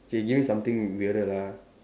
okay give me something weirder lah